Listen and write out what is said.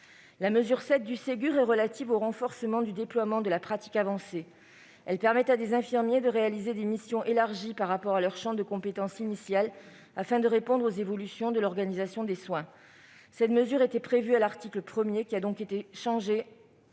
La mesure 7 du Ségur, relative au renforcement du déploiement de la pratique avancée, permet à des infirmiers de réaliser des missions élargies par rapport à leur champ de compétences initial afin de répondre aux évolutions de l'organisation des soins. Cette mesure, qui était prévue à l'article 1, a été